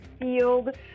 field